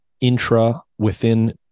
intra-within